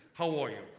how are you?